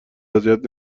اذیت